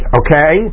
okay